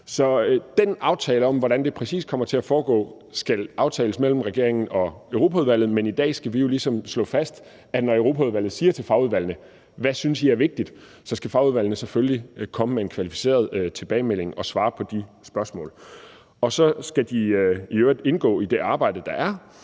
den aftale om, hvordan det præcis kommer til at foregå, skal aftales mellem regeringen og Europaudvalget, men i dag skal vi jo ligesom slå fast, at når Europaudvalget spørger fagudvalgene, hvad de synes er vigtigt, så skal fagudvalgene selvfølgelig komme med en kvalificeret tilbagemelding og svare på de spørgsmål. Så skal de i øvrigt indgå i det arbejde, der er,